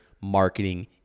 marketing